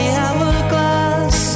hourglass